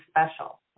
special